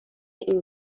این